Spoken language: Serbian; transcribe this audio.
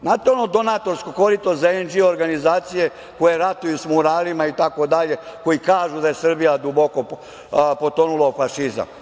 Znate ono donatorsko korito za „en-dži“ organizacije koje ratuju sa muralima itd, koji kažu da je Srbija duboko potonula u fašizam.